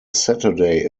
saturday